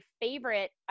favorite